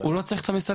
הוא לא צריך את המסביב.